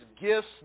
gifts